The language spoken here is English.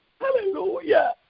Hallelujah